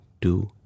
two